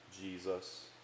Jesus